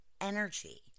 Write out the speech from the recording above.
energy